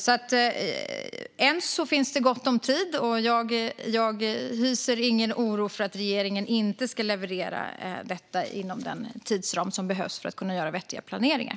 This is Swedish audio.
Än finns det alltså gott om tid, och jag hyser ingen oro för att regeringen inte ska leverera detta inom den tidsram som behövs för att kunna göra vettiga planeringar.